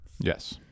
Yes